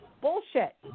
bullshit